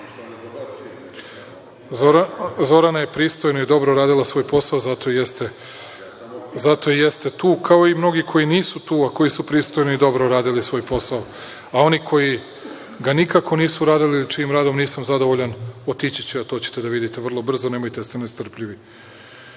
pitam.)Zorana je pristojno i dobro radila svoj posao zato jeste tu kao i mnogi koji nisu tu, a koji su pristojno i dobro radili svoj posao, a oni koji ga nikako nisu radili, čijim radom nisam zadovoljan otići će, a to ćete da vidite vrlo brzo, nemojte da ste nestrpljivi. Mnogo